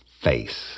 face